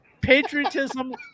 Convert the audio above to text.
patriotism